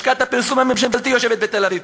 לשכת הפרסום הממשלתי יושבת בתל-אביב,